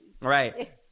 right